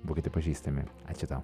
būkite pažįstami ačiū tau